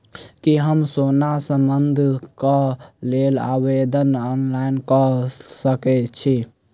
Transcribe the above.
की हम सोना बंधन कऽ लेल आवेदन ऑनलाइन कऽ सकै छी?